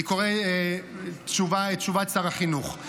אני קורא את תשובת שר החינוך.